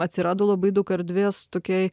atsirado labai daug erdvės tokiai